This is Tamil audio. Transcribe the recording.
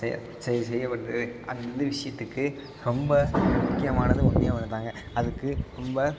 செய் செய்து செய்யப்பட்டுது அது இந்த விஷயத்துக்கு ரொம்ப மிக முக்கியமானது ஒன்றே ஒன்று தாங்க அதுக்கு ரொம்ப